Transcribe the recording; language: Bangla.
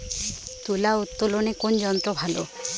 তুলা উত্তোলনে কোন যন্ত্র ভালো?